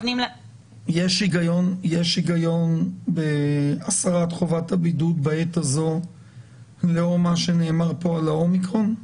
יש היגיון בהסרת חובת הבידוד בעת הזו לאור מה שנאמר כאן על ה-אומיקרון?